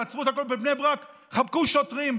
תעצרו את הכול בבני ברק, חבקו שוטרים.